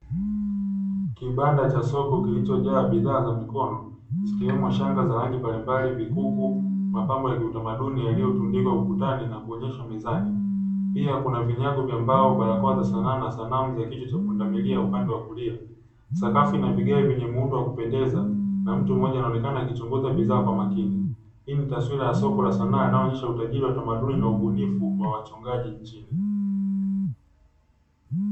Kibanda cha soko kilichojaa bidhaa za mikono, zikiwemo shanga za aina mbalimbali, vikuku, mapambo ya kiutamaduni yaliotundikwa ukutani na kuonyeshwa mezani. Pia kuna vinyago, barakoa na sanamu ya kichwa cha pundamilia upande wa kulia, sakafu na vigae vyenye muundo wa kupendeza, na mtu mmoja akionekana kuchunguza bidhaa kwa makini. Hii ni taswira ya sanaa inayoonyesha utajiri wa tamaduni na ubunifu kwa wachongaji nchini.